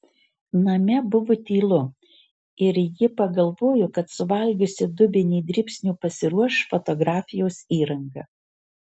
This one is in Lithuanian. name buvo tylu ir ji pagalvojo kad suvalgiusi dubenį dribsnių pasiruoš fotografijos įrangą